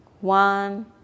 one